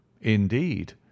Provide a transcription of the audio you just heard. indeed